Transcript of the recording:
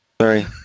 Sorry